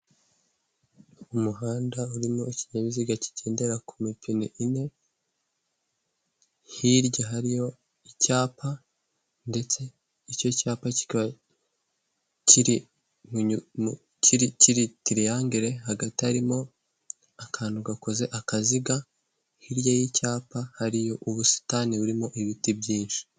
Umuhanda urimo ikinyabiziga kigendera ku mipine ine, hirya hariyo icyapa ndetse icyo cyapa kikaba kiri tiriyangere; hagati harimo akantu gakoze akaziga hirya y'icyapa hariyo ubusitani burimo ibiti byinshi.